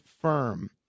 firm